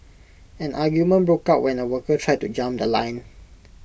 an argument broke out when A worker tried to jump The Line